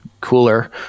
cooler